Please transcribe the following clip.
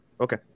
Okay